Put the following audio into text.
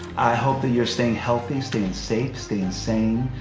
i hope that you're staying healthy, staying safe, staying sane,